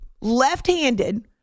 left-handed